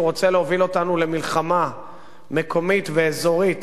רוצה להוביל אותנו למלחמה מקומית ואזורית